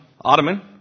ottoman